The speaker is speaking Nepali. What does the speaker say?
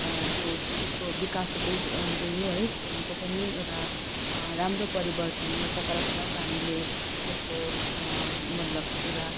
त्यो त्यसको विकास हुँदै ग गयो है फोनको पनि एउटा राम्रो परिवर्तन सकारात्मक हामीले त्यसको मतलब एउटा